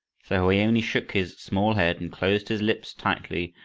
so he only shook his small head and closed his lips tightly,